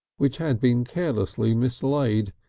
which had been carelessly mislaid,